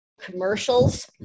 commercials